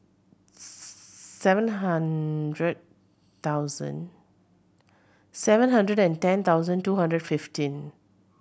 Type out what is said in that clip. seven hundred thousand seven hundred and ten thousand two hundred fifteen